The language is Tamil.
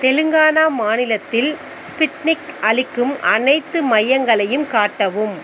தெலுங்கானா மாநிலத்தில் ஸ்புட்னிக் அளிக்கும் அனைத்து மையங்களையும் காட்டவும்